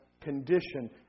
condition